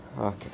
Okay